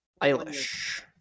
Eilish